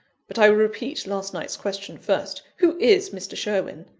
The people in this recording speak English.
but i will repeat last night's question first who is mr. sherwin?